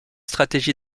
stratégies